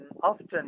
often